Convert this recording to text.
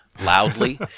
loudly